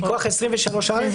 מכוח 23(א)?